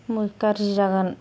गाज्रि जागोन